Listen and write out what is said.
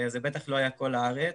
זה בטח לא היה בכל הארץ,